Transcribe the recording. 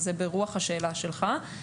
וזה ברוח השאלה שלך.